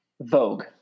Vogue